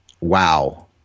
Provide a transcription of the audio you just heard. Wow